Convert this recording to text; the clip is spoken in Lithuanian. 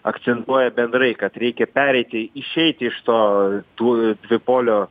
akcentuoja bendrai kad reikia pereiti išeiti iš to tų dvipolio